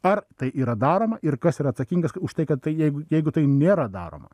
ar tai yra daroma ir kas yra atsakingas už tai kad tai je jeigu tai nėra daroma